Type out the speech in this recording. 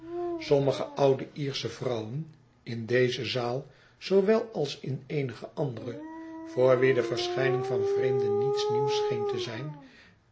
sommige oude iersche vrouwen in deze zaal zoowel als in eenige andere voor wie de verschijning van vreemden niets nieuws scheen te zijn